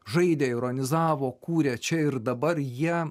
žaidė ironizavo kūrė čia ir dabar jie